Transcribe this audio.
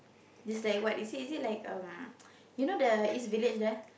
this like what is it is it like um you know the East-Village there